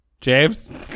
james